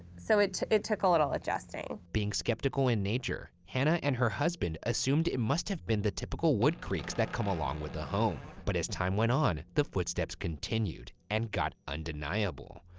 so it it took a little adjusting. being skeptical in nature, hannah and her husband assumed it must have been the typical wood creaks that come along with a home, but as time went on, the footsteps continued and got undeniable.